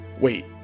Wait